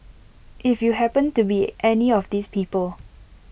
if you happened to be any of these people